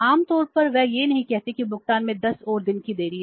आमतौर पर वे यह नहीं कहते कि भुगतान में 10 और दिन की देरी है